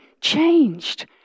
changed